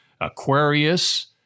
Aquarius